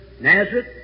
Nazareth